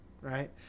right